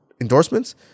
endorsements